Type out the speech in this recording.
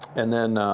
and then